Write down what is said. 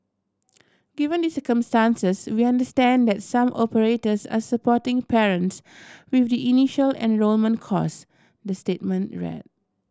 given the circumstances we understand that some operators are supporting parents with the initial enrolment cost the statement read